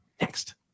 Next